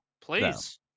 Please